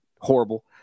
horrible